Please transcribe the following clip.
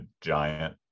giant